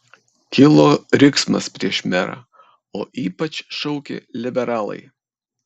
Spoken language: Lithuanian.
kilo riksmas prieš merą o ypač šaukė liberalai